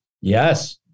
Yes